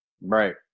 Right